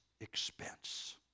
expense